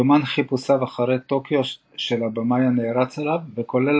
יומן חיפושיו אחר טוקיו של הבמאי הנערץ עליו וכולל